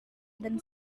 dan